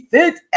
Fit